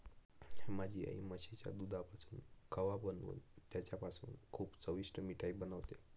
माझी आई म्हशीच्या दुधापासून खवा बनवून त्याच्यापासून खूप चविष्ट मिठाई बनवते